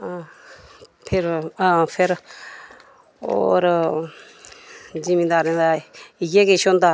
आं फिर आं फिर होर जिमींदारें दे इ'यै किश होंदा